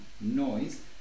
noise